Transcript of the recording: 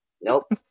Nope